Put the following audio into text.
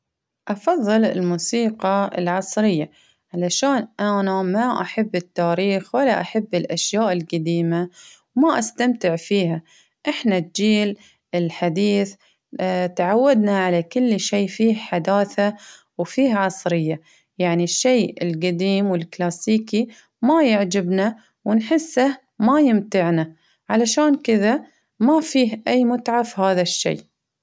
أفظل الموسيقى العصرية. علشان أنا ما أحب التاريخ، ولا أحب الأشياء القديمة، ما أستمتع فيها، إحنا الجيل ال-الحديث تعودنا على كل شي فيه حداثة، وفيه عصرية، يعني الشي القديم والكلاسيكي ما يعجبنا ونحسه ما يمتعنا. علشان كذا ما فيه أي متعة في هذا الشيء.